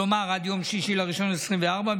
כלומר עד יום 6 בינואר 2024,